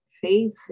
Faith